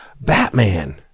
Batman